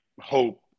hope